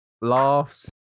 Laughs